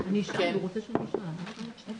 אני רוצה להדגיש עוד